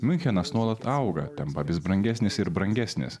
miunchenas nuolat auga tampa vis brangesnis ir brangesnis